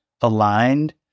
aligned